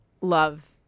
love